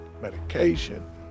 medication